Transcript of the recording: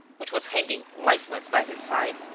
which was hanging lifeless by his side,